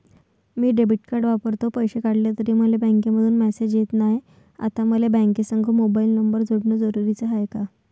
मी debit card वापरतो, पैसे काढले तरी मले बँकेमंधून मेसेज येत नाय, आता मले बँकेसंग मोबाईल नंबर जोडन जरुरीच हाय का?